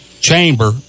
chamber